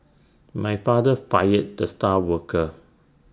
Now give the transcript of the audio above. my father fired the star worker